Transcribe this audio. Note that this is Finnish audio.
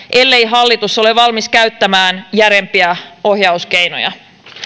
ellei hallitus ole valmis käyttämään järeämpiä ohjauskeinoja